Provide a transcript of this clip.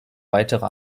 weitere